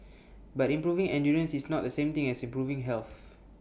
but improving endurance is not the same thing as improving health